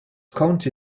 county